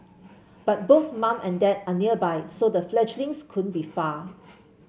but both mum and dad are nearby so the fledglings couldn't be far